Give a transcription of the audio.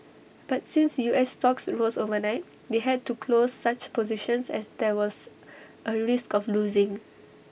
but since U S stocks rose overnight they had to close such positions as there was A risk of losing